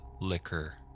liquor